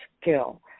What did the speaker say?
skill